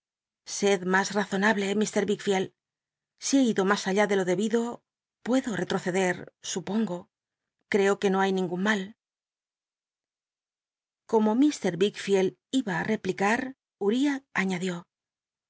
sed ma razonable mr wickficld si he ido mas allá de lo debido puedo reh oceder upongo creo que no hay ningun mal como mr wickfield iba á replicar griah